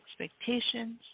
expectations